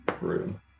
room